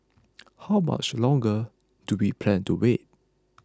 how much longer do we plan to wait